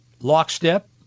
lockstep